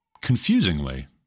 confusingly